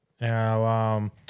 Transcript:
Now